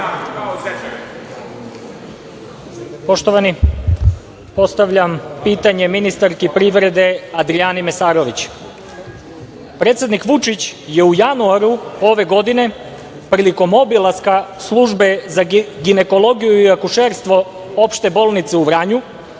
Poštovani, postavljam pitanje ministarki privrede, Adrijani Mesarović. Predsednik Vučić je u januaru ove godine prilikom obilaska Službe za ginekologiju i akušerstvo opšte bolnice u Vranju,